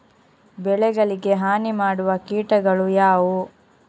ಬೆಳೆಗಳಿಗೆ ಹಾನಿ ಮಾಡುವ ಕೀಟಗಳು ಯಾವುವು?